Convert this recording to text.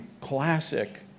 classic